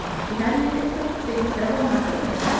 she had me fix up the things several months ago.